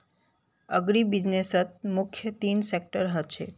अग्रीबिज़नेसत मुख्य तीन सेक्टर ह छे